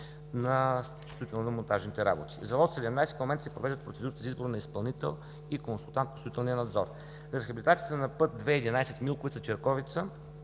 на строително-монтажните работи. За лот 17 в момента се провеждат процедурите за избор на изпълнител и консултант по строителния надзор. Рехабилитацията на път II-11, Милковица-Черковица